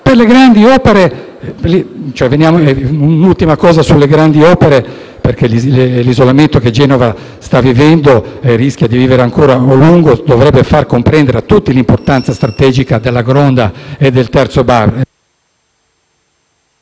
Vorrei spendere qualche parola sulle grandi opere, perché l’isolamento che Genova sta vivendo, e rischia di vivere ancora a lungo, dovrebbe far comprendere a tutti l’importanza strategica della Gronda e del Terzo